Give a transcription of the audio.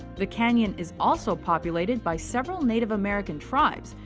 the canyon is also populated by several native-american tribes,